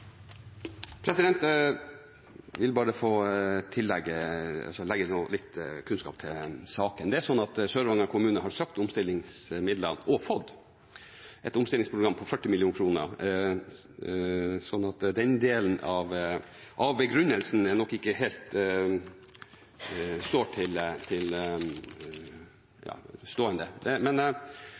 vil bare få legge litt kunnskap til saken. Sør-Varanger kommune har søkt om omstillingsmidler, og fått det, et omstillingsprogram på 40 mill. kr, så den delen av begrunnelsen er nok ikke